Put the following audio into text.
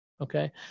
okay